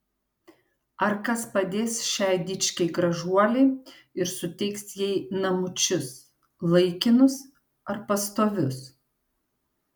ar kas padės šiai dičkei gražuolei ir suteiks jai namučius laikinus ar pastovius